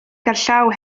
gerllaw